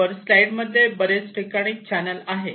वर स्लाईड मध्ये बरेच ठिकाणी चॅनल आहे